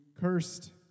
cursed